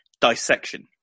dissection